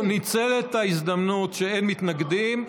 הוא ניצל את ההזדמנות שאין מתנגדים,